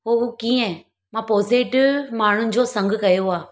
इहो कीअं मां पॉज़िटिव माण्हुनि जो संगु कयो आहे